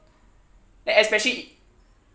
then especially